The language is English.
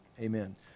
amen